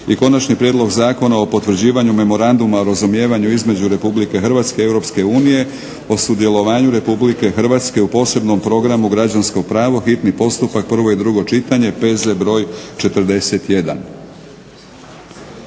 - Konačni prijedlog zakona o potvrđivanju Memoranduma o razumijevanju između Republike Hrvatske i Europske unije o sudjelovanju Republike Hrvatske u posebnom Programu Građansko pravo, hitni postupak, P.Z. br. 41